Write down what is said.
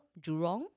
Jurong